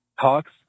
talks